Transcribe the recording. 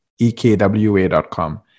ekwa.com